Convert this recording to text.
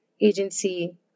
agency